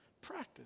Practice